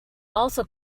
also